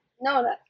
no